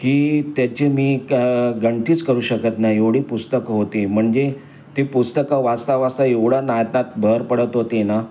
की त्याची मी का गणतीच करू शकत नाही एवढी पुस्तकं होती म्हणजे ती पुस्तकं वाचता वाचता एवढ्या नात्यात भर पडत होती ना